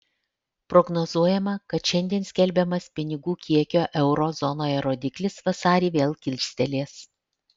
prognozuojama kad šiandien skelbiamas pinigų kiekio euro zonoje rodiklis vasarį vėl kilstelės